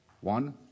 One